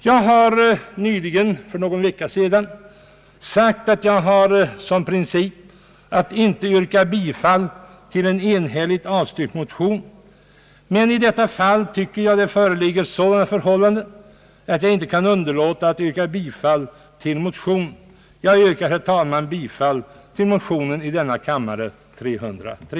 Jag har för någon vecka sedan sagt att jag har som princip att inte yrka bifall till en enhälligt avstyrkt motion, men i detta fall tycker jag att det föreligger sådana förhållanden att jag inte kan underlåta att göra det. Jag yrkar, herr talman, bifall till motion I: 303.